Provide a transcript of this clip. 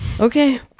okay